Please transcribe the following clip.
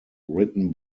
written